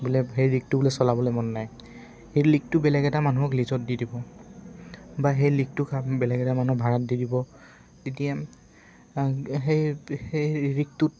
বোলে সেই ৰিগটো বোলে চলাবলৈ মন নাই সেই লিকটো বেলেগ এটা মানুহক লিজত দি দিব বা সেই লিকটো বেলেগ এটা মানুহৰ ভাড়াত দি দিব তেতিয়া সেই সেই সেই ৰিকটোত